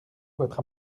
votre